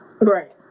Right